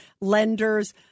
lenders